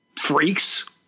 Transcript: freaks